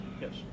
Yes